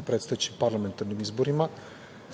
na predstojećim parlamentarnim izborima,